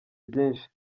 byinshi